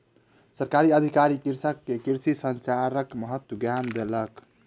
सरकारी अधिकारी कृषक के कृषि संचारक महत्वक ज्ञान देलक